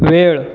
वेळ